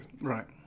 right